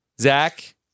Zach